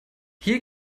hier